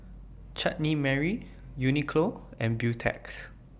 Chutney Mary Uniqlo and Beautex